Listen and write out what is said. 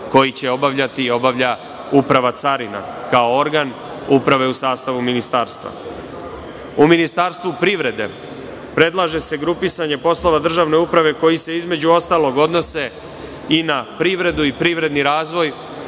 koje će obavljati i obavlja Uprava carina, kao organ uprave u sastavu Ministarstva.U ministarstvu privrede, predlaže se grupisanje poslova državne uprave, koji se odnose i na privredu i privredni razvoj,